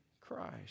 Christ